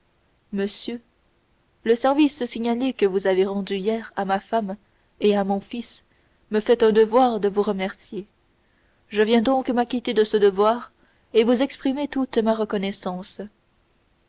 monsieur le service signalé que vous avez rendu hier à ma femme et à mon fils me fait un devoir de vous remercier je viens donc m'acquitter de ce devoir et vous exprimer toute ma reconnaissance